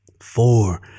Four